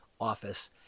office